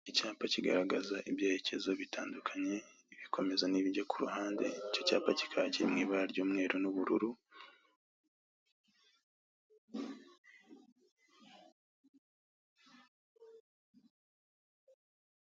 Icyapa kigaragaza ibyerekezo bitandukanye ibikomeza nibijya kuruhande icyo cyapa kikaba kiri mwibara ry'umweru n'ubururu.